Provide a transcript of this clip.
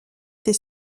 des